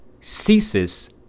ceases